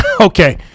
Okay